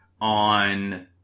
on